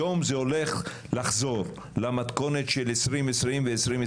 היום זה הולך לחזור למתכונת של 2020, ו-2021,